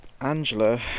Angela